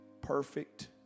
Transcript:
Perfect